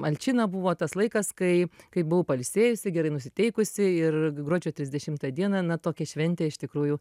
alčina buvo tas laikas kai kai buvau pailsėjusi gerai nusiteikusi ir gruodžio trisdešimtą dieną na tokia šventė iš tikrųjų